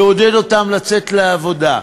יעודד אותן לצאת לעבודה,